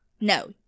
no